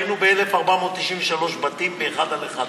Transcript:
היינו ב-1,493 בתים באחד על אחד.